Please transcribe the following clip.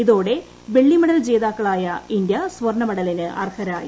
ഇതോടെ വെള്ളി മെഡൽ ജേതാക്കളായ ഇന്ത്യ സ്വർണ്ണമെഡലിന് അർഹരായി